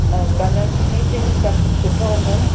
ऐं colour finishing सभु सुठो हूंदो न